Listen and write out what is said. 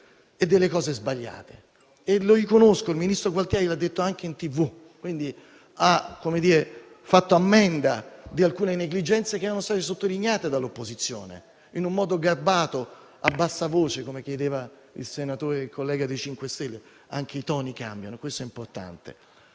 e delle cose sbagliate. Il ministro Gualtieri l'ha detto anche in televisione, facendo ammenda di alcune negligenze che erano state sottolineate dall'opposizione, in un modo garbato e a bassa voce, come chiedeva il collega dei 5 Stelle. Anche i toni cambiano e questo è importante.